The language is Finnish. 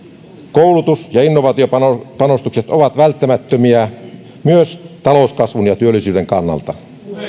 koulutus ja innovaatiopanostukset ovat välttämättömiä myös talouskasvun ja työllisyyden kannalta